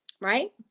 right